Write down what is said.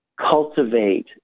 cultivate